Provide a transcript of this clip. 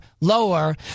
lower